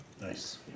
Nice